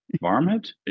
varmint